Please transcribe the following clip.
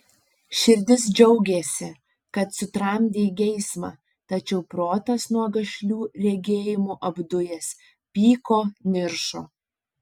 širdis džiaugėsi kad sutramdei geismą tačiau protas nuo gašlių regėjimų apdujęs pyko niršo